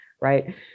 Right